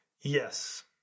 Yes